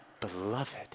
beloved